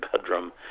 bedroom